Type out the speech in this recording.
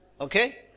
Okay